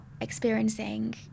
experiencing